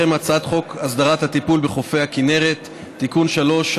אנחנו עוברים להצעת חוק הסדרת הטיפול בחופי הכינרת (תיקון מס' 3),